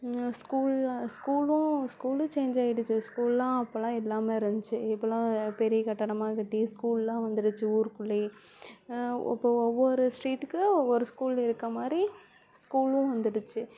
ஸ்கூலில் ஸ்கூலும் ஸ்கூலும் சேஞ்சாகிடுச்சி ஸ்கூல்லாம் அப்போல்லாம் இல்லாமல் இருந்திச்சு இப்போல்லாம் பெரிய கட்டடமாக கட்டி ஸ்கூல்லாம் வந்துடுச்சி ஊர்க்குள்ளேயே அப்போ ஒவ்வொரு ஸ்ட்ரீட்டுக்கும் ஒவ்வொரு ஸ்கூல் இருக்கற மாதிரி ஸ்கூலும் வந்துடுச்சி